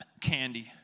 Candy